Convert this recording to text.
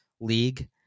league